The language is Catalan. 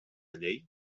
llei